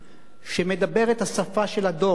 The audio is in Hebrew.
שמדבר את השפה של הדור,